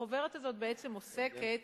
החוברת הזאת בעצם עוסקת